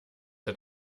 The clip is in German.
hat